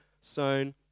sown